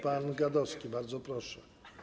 Pan Gadowski, bardzo proszę.